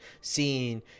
seeing